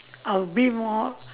I'll be more